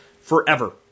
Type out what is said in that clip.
forever